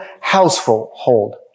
household